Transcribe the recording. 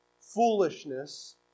Foolishness